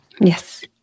yes